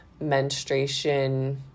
menstruation